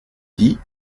dit